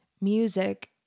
music